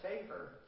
favor